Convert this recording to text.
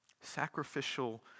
sacrificial